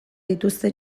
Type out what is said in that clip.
dituzte